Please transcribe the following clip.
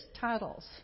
titles